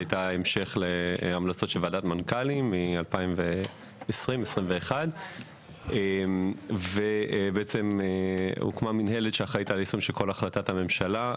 והייתה המשך להמלצות של ועדת מנכ"לים 2021-2020. הוקמה מינהלת שאחראית על יישום החלטת הממשלה.